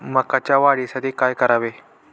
मकाच्या वाढीसाठी काय करावे?